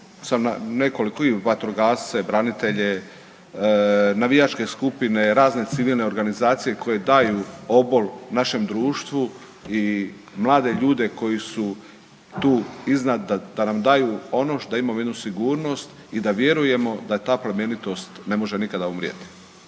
nekoliko i vatrogasce, branitelje, navijačke skupine, razne civilne organizacije koje daju obol našem društvu i mlade ljude koji su tu iznad da nam daju ono da imamo jednu sigurnost i da vjerujemo da je ta plemenitost ne može nikada umrijeti.